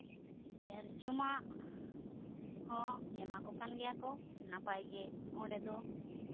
ᱟᱨ ᱡᱚᱢᱟᱜ ᱦᱚᱸ ᱮᱢᱟ ᱠᱚ ᱠᱟᱱ ᱜᱮᱭᱟ ᱠᱚ ᱱᱟᱯᱟᱭ ᱜᱮ ᱚᱸᱰᱮ ᱫᱚ